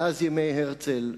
מאז ימי הרצל,